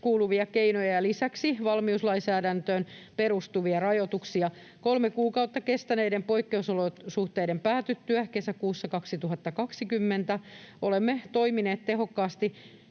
kuuluvia keinoja ja lisäksi valmiuslainsäädäntöön perustuvia rajoituksia. Kolme kuukautta kestäneiden poikkeusolosuhteiden päätyttyä kesäkuussa 2020 olemme toimineet tehokkaasti